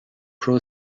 pro